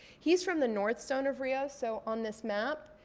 he's from the north zone of rio. so on this map,